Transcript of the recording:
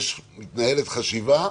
מתנהלת חשיבה,